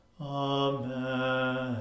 Amen